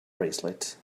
bracelet